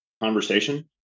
conversation